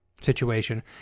situation